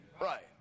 Right